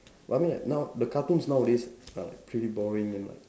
well I mean like now the cartoons nowadays are like pretty boring and like